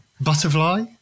Butterfly